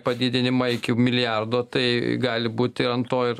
padidinimą iki milijardo tai gali būti to ir